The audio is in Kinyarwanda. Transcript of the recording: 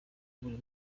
buri